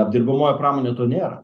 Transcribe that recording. apdirbamojoj pramonėj to nėra